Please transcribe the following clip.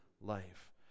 life